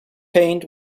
paint